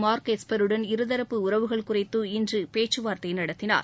mark எஸ்பருடன் இருதரப்பு உறவுகள் குறித்து இன்று பேச்சுவார்த்தை நடத்தினார்